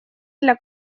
для